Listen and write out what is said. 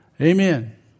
Amen